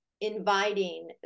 inviting